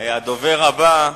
הדובר הבא,